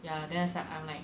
ya then it's like I'm like